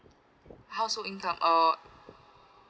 household income uh